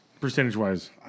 Percentage-wise